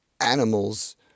animals